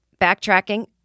backtracking